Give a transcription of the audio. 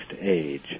age